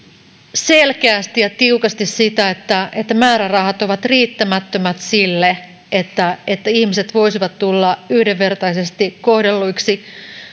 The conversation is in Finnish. selkeästi ja tiukasti sitä että että määrärahat ovat riittämättömät sille että että ihmiset voisivat tulla yhdenvertaisesti kohdelluiksi